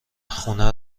خونه